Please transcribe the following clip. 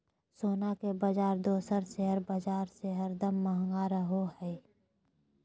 सोना के बाजार दोसर शेयर बाजार से हरदम महंगा रहो हय